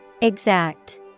Exact